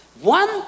One